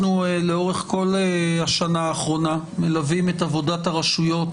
לאורך כל השנה האחרונה אנחנו מלווים את עבודת הרשויות